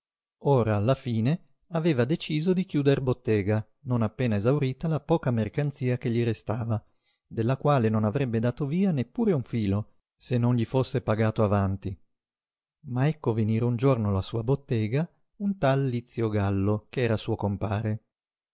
ora alla fine aveva deciso di chiuder bottega non appena esaurita la poca mercanzia che gli restava della quale non avrebbe dato via neppure un filo se non gli fosse pagato avanti ma ecco venire un giorno alla sua bottega un tal lizio gallo ch'era suo compare